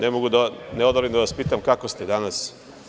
Ne mogu da odolim da vas pitam – kako ste danas?